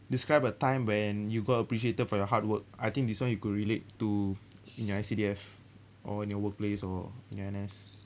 describe a time when you got appreciated for your hard work I think this one you could relate to in your S_C_D_F or in your workplace or in your N_S